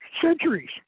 centuries